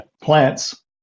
plants